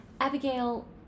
Abigail